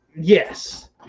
yes